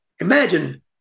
Imagine